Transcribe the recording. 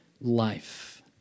life